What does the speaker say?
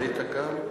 היית כאן?